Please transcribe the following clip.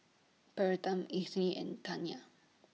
Bertram Edythe and Taniya